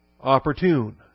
opportune